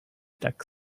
tak